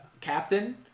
Captain